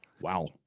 Wow